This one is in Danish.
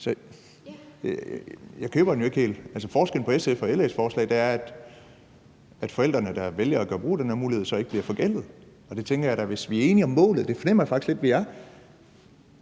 forskellen på SF's og LA's forslag er, at de forældre, der vælger at gøre brug af den her mulighed, så ikke bliver forgældet. Jeg tænker, at hvis vi er enige om målet – og det fornemmer jeg faktisk